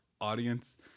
audience